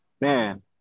man